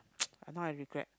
but now I regret